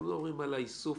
עבר פלילי.